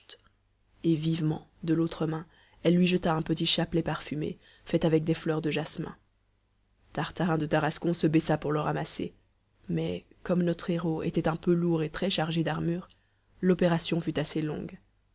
et vivement de l'autre main elle lui jeta un petit chapelet parfumé fait avec des fleurs de jasmin tartarin de tarascon se baissa pour le ramasser mais comme notre héros était un peu lourd et très chargé d'armures i'opération fut assez longue